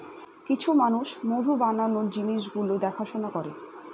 কিছু মানুষ মধু বানানোর জিনিস গুলো দেখাশোনা করে